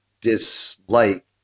dislike